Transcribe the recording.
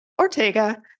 Ortega